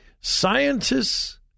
Scientists